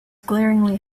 glaringly